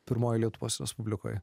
pirmoj lietuvos respublikoj